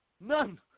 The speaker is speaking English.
None